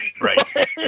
Right